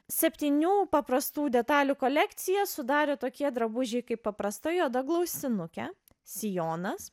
septynių paprastų detalių kolekciją sudarė tokie drabužiai kaip paprasta juoda glaustinuke sijonas